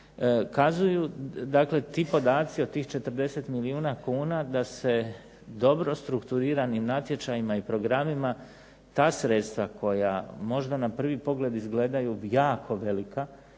dakle ti podaci od tih 40 milijuna kuna da se dobro strukturiranim natječajima i programima ta sredstva koja možda na prvi pogled izgledaju jako velika,